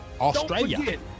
Australia